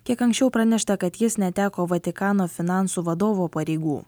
kiek anksčiau pranešta kad jis neteko vatikano finansų vadovo pareigų